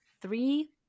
three